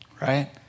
right